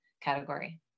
category